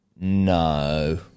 No